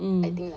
mm